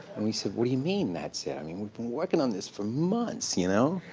and we said, what do you mean, that's it? i mean we've been working on this for months, you know?